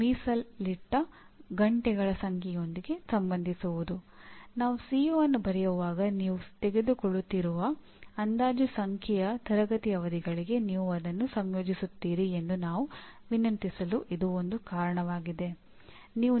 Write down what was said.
ಆದ್ದರಿಂದ ಪ್ರಕ್ರಿಯೆ ಮತ್ತು ಉತ್ಪನ್ನಗಳ ನಡುವೆ ದೊಡ್ಡ ಅಂತರವಿದೆ ಮತ್ತು ಉತ್ಪನ್ನಗಳು ವಿದ್ಯಾರ್ಥಿಗಳ ಕಲಿಯುವಿಕೆಯನ್ನು ಅಳೆಯುವುದಿಲ್ಲ ಎಂಬುದನ್ನು ಕಂಡುಹಿಡಿಯಲಾಯಿತು